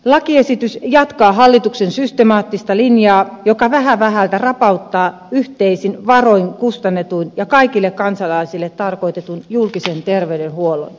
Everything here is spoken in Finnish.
lakiesitys jatkaa hallituksen systemaattista linjaa joka vähä vähältä rapauttaa yhteisin varoin kustannetun ja kaikille kansalaisille tarkoitetun julkisen terveydenhuollon